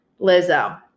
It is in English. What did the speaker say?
Lizzo